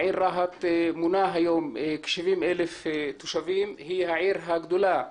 העיר רהט מונה היום כ-70,000 תושבים והיא העיר הגדולה,